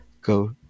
go